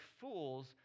fools